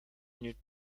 minutes